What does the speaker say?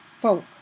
folk